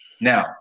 Now